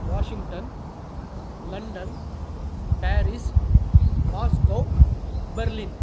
Washington London Paris Moscow Berlin